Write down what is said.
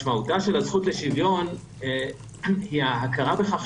משמעותה של הזכות לשוויון היא ההכרה בכך